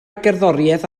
gerddoriaeth